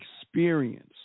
experience